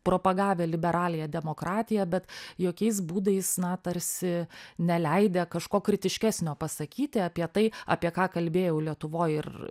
propagavę liberaliąją demokratiją bet jokiais būdais na tarsi neleidę kažko kritiškesnio pasakyti apie tai apie ką kalbėjau lietuvoj ir